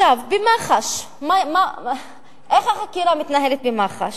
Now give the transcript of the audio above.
במח"ש, איך החקירה מתנהלת במח"ש?